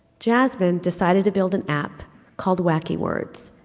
jasmine decided to build an app called wacky words,